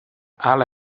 hala